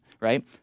right